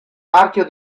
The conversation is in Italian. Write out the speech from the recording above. marchio